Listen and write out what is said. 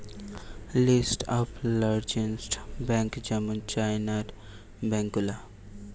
list of largest bank যেমন চাইনার bank গুলা